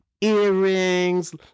earrings